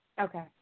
Okay